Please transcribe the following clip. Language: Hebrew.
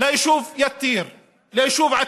ליישוב עתיר.